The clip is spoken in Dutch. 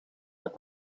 met